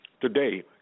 today